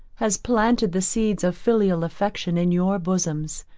has planted the seeds of filial affection in your bosoms.